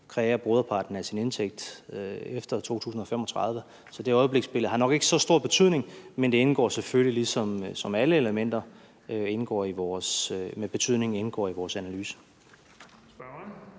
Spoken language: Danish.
kreere hovedparten af sin indtægt efter 2035. Så det øjebliksbillede har nok ikke så stor betydning, men det indgår selvfølgelig ligesom alle elementer med betydning i vores analyse.